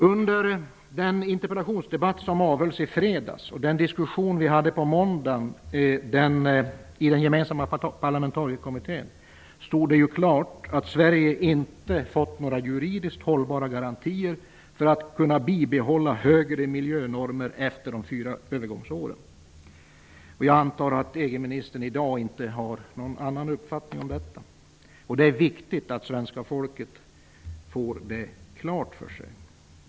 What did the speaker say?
Under den interpellationsdebatt som avhölls i fredags och den diskussion som vi hade på måndagen i den gemensamma parlamentarikerkommittén stod det klart att Sverige inte hade fått några juridiskt hållbara garantier för att kunna bibehålla högre miljönormer efter de fyra övergångsåren. Jag antar att EG-ministern i dag inte har någon annan uppfattning om detta. Det är viktigt att svenska folket får detta förhållande klart för sig.